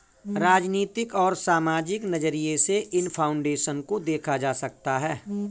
राजनीतिक और सामाजिक नज़रिये से इन फाउन्डेशन को देखा जा सकता है